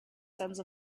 sense